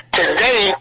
today